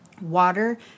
water